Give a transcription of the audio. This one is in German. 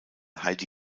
heidi